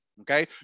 Okay